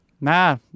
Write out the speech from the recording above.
nah